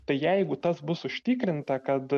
tai jeigu tas bus užtikrinta kad